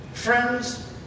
friends